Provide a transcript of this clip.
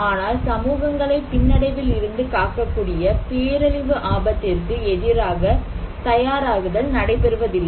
ஆனால் சமூகங்களை பின்னடைவில் இருந்து காக்கக்கூடிய பேரழிவு ஆபத்திற்கு எதிராக தயாராகுதல் நடைபெறுவதில்லை